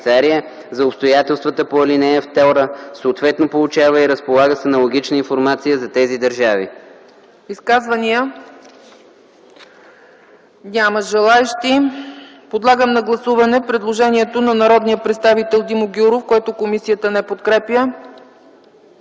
за обстоятелствата по ал. 2, съответно получава и разполага с аналогична информация за тези държави.”